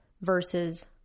versus